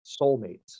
soulmates